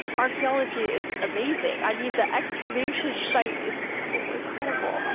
archaeology is amazing. i mean the excavation site is so incredible. um